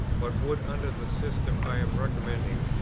but would, under the system i am recommending,